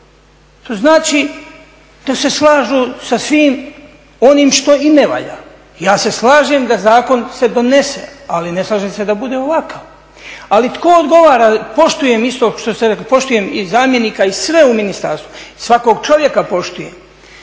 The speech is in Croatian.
To znači da se slažu sa svim onim što i ne valja. Ja se slažem da zakon se donese, ali ne slažem se da bude ovakav. Ali tko odgovara, poštujem isto što ste rekli, poštujem i zamjenika i sve u ministarstvu, svakog čovjeka poštujem